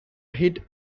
hit